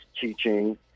Teaching